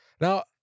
Now